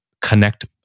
connect